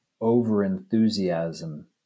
over-enthusiasm